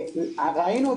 ראינו,